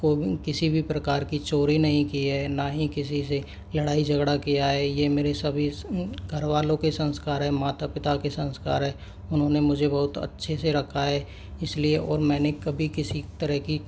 को किसी भी प्रकार की चोरी नहीं की है ना ही किसी से लड़ाई झगड़ा किया है ये मेरे सभी घरवालों के संस्कार है माता पिता के संस्कार है उन्होंने मुझे बहुत अच्छे से रखा है इसलिए और मैंने कभी किसी तरह की